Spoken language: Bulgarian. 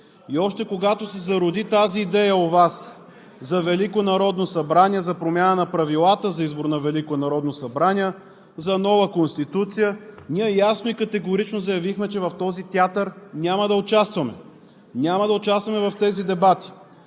И още когато се зароди тази идея у Вас за Велико народно събрание, за промяна на правилата за избор на Велико народно събрание, за нова Конституция ние ясно и категорично заявихме, че в този театър няма да участваме, няма да участваме в тези дебати.